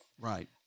right